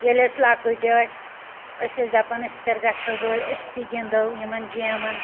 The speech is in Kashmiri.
ییٚلہِ أسۍ لۄکٕٹۍ ٲسۍ أسۍ ٲسۍ دپان أسۍ کر گَژھو بٔڑۍ أسۍ تہِ گِنٛدو یمن گیمَن